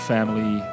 Family